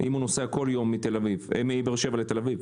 אם הוא נוסע כל יום מבאר שבע לתל אביב.